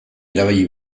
erabili